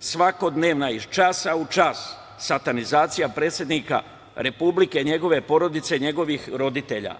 svakodnevna, iz časa u čas satanizacija predsednika Republike, njegove porodice, njegovih roditelja.